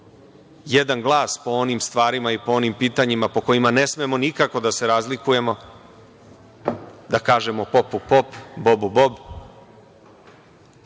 jedan glas po onim stvarima i po onim pitanjima po kojima ne smemo nikako da se razlikujemo, da kažemo popu pop, a bobu bob,